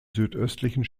südöstlichen